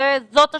זאת השאלה.